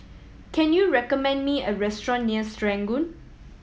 can you recommend me a restaurant near Serangoon